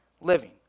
living